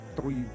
three